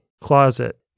closet